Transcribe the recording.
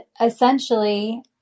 essentially